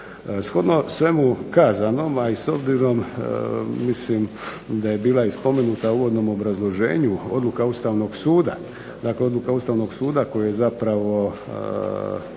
Shodno svemu kazanom i s obzirom da je bila spomenula u uvodnom obrazloženju odluka Ustavnog suda. Dakle, odluka Ustavnog suda koju je zapravo